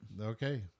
Okay